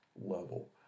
level